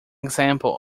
example